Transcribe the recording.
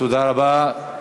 תודה רבה.